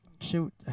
Shoot